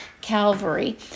Calvary